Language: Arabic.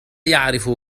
يعرف